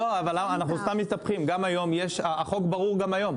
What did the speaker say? אנחנו סתם מסתבכים, החוק ברור גם היום.